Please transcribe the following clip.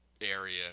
area